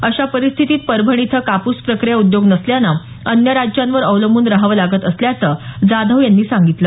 अशा परिस्थितीत परभणी इथं कापूस प्रक्रिया उद्योग नसल्याने अन्य राज्यांवर अवलंबून राहावं लागत असल्याचं जाधव यांनी सांगितलं